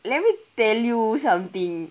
let me tell you something